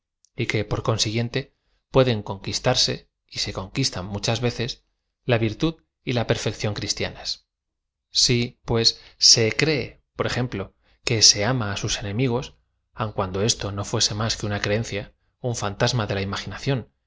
y que por conai guíente pueden conquistarse y se conquistan mu chas veces la virtud y la perfección cristianas si pues se cresf por ejemplo que se ama á sus enemigos aun cuando esto no fuese más que una creencia un fantasma de la imaginación